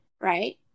right